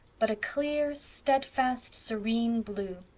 but a clear, steadfast, serene blue,